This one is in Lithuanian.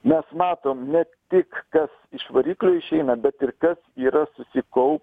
mes matom ne tik kas iš variklių išeina bet ir kas yra susikaupę